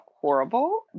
horrible